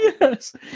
yes